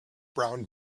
brown